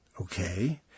Okay